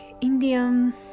Indian